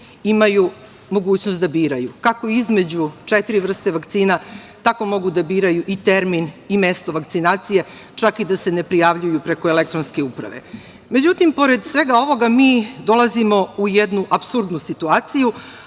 imaju mogućnost da biraju kako između četiri vrste vakcina, tako mogu da biraju i termin i mesto vakcinacije, čak i da se ne prijavljuju preko elektronske uprave.Međutim, pored svega ovoga, mi dolazimo u jednu apsurdnu situaciju,